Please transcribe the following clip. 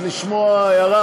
לשמוע הערה.